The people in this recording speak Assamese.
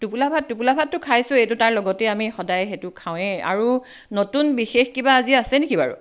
টোপোলা ভাত টোপোলা ভাতটো খাইছোয়ে এইটো তাৰ লগতেই আমি সদায় সেইটো খাওয়ে আৰু নতুন বিশেষ কিবা আজি আছে নেকি বাৰু